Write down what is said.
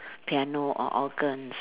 piano or organs